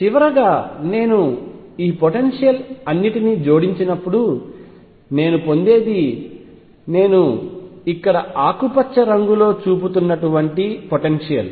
చివరగా నేను ఈ పొటెన్షియల్ అన్నిటినీ జోడించినప్పుడు నేను పొందేది నేను ఇక్కడ ఆకుపచ్చ రంగులో చూపుతున్నటువంటి పొటెన్షియల్